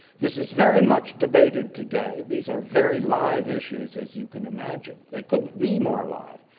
this is very much debated today. these are very live issues as you can imagine. it couldn't be more live,